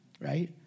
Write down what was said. right